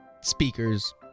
speakers